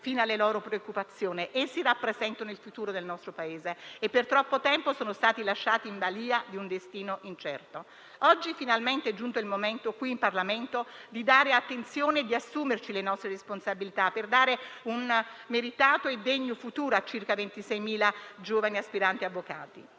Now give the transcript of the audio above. fine alle loro preoccupazioni. Essi rappresentano il futuro del nostro Paese e per troppo tempo sono stati lasciati in balia di un destino incerto. Oggi, finalmente, è giunto il momento, qui in Parlamento, di dare attenzione e di assumerci le nostre responsabilità per dare un meritato e degno futuro a circa 26.000 giovani aspiranti avvocati.